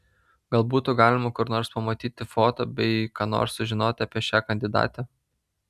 gal butų galima kur nors pamatyt foto bei ką nors sužinot apie šią kandidatę